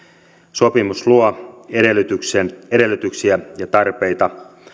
sopimus luo edellytyksiä ja tarpeita